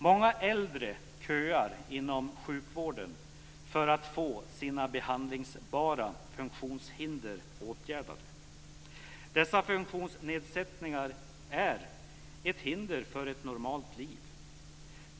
Många äldre köar inom sjukvården för att få sina behandlingsbara funktionshinder åtgärdade. Dessa funktionsnedsättningar är ett hinder för ett normalt liv.